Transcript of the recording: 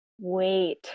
wait